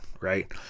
right